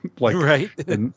Right